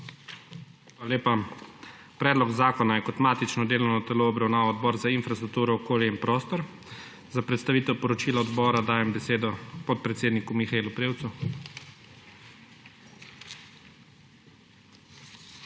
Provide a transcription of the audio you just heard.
Hvala lepa. Predlog zakona je kot matično delovno telo obravnaval Odbor za infrastrukturo, okolje in prostor. Za predstavitev poročila odbora dajem besedo podpredsedniku Mihaelu Prevcu. **MIHAEL